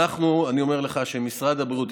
אני אומר לך שמשרד הבריאות,